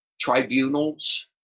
tribunals